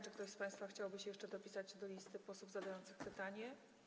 Czy ktoś z państwa chciałby się jeszcze dopisać na liście posłów zadających pytanie?